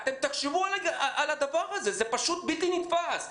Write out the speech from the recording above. תחשבו על הדבר הזה, זה פשוט בלתי נתפס.